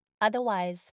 Otherwise